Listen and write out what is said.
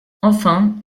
enfin